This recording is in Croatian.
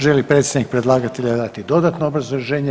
Želi li predstavnik predlagatelja dati dodatno obrazloženje?